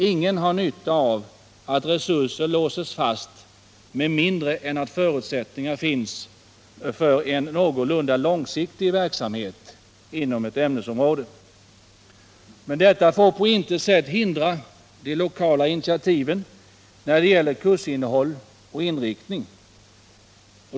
Ingen har nytta av att resurser låses fast med mindre än att förutsättningar finns för en någorlunda långsiktig verksamhet inom ett ämnesområde. Men detta får inte på något sätt hindra de lokala initiativen när det gäller kursinnehåll och inriktning.